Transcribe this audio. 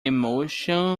emotion